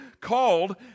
called